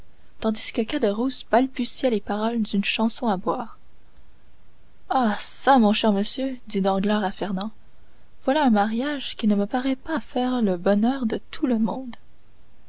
tandis que caderousse balbutiait les paroles d'une chanson à boire ah çà mon cher monsieur dit danglars à fernand voilà un mariage qui ne me paraît pas faire le bonheur de tout le monde